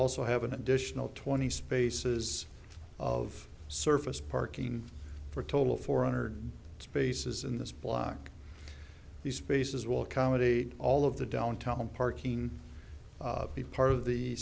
also have an additional twenty spaces of surface parking for a total of four hundred spaces in this block the spaces will accommodate all of the downtown parking be part of the